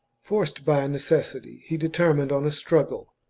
forced by necessity, he determined on a struggle.